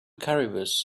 caribous